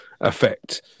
effect